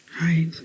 right